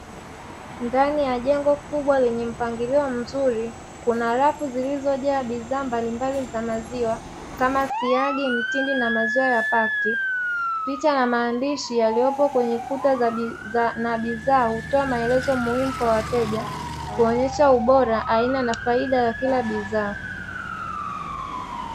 Ndani ya jengo kubwa lenye mpangilio mzuri, kuna rafu zilizojaa bidhaa mbalimbali za maziwa kama siagi, mtindi na maziwa ya pakiti. Picha na maandishi yaliyopo kwenye kuta na bidhaa hutoa maelezo muhumu kwa wateja kuonyesha ubora, aina na faida ya kila bidhaa.